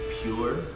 pure